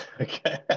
Okay